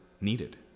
needed